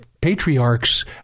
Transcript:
patriarchs